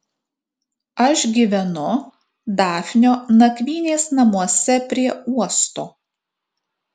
aš gyvenu dafnio nakvynės namuose prie uosto